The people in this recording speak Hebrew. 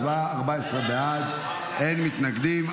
להלן תוצאות ההצבעה: 14 בעד, אין מתנגדים.